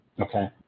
Okay